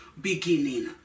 beginning